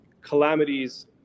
calamities